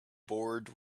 board